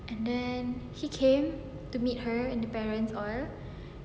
and then he came to met her and the parents of her